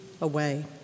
away